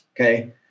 Okay